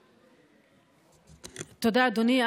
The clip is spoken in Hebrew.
תודה, אדוני.